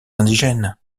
indigènes